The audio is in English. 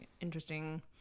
interesting